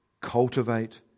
cultivate